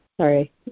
Sorry